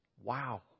Wow